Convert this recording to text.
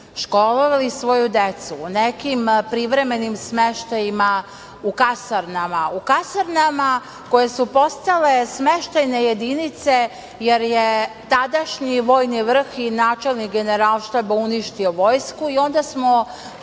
školovali svoju decu, u nekim privremenim smeštajima, u kasarnama, u kasarnama koje su postale smeštajne jedinice jer je tadašnji vojni vrh i načelnik Generalštaba uništio vojsku i onda smo